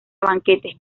banquetes